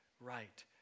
right